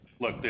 Look